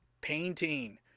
painting